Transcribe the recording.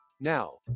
Now